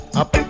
up